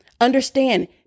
Understand